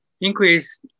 increase